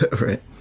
right